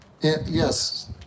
Yes